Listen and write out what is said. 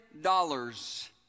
dollars